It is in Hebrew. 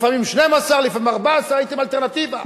לפעמים 12 ולפעמים 14 הייתם אלטרנטיבה.